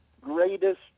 greatest